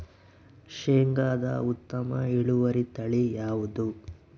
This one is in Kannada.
ಶೇಂಗಾದ ಉತ್ತಮ ಇಳುವರಿ ತಳಿ ಯಾವುದು?